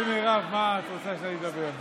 כן, מירב, על מה את רוצה שאני אדבר?